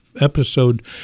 episode